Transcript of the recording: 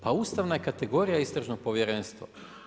Pa ustavna je kategorija istražno povjerenstvo.